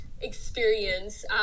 experience